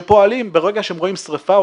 שפועלים, ברגע שהם רואים שריפה.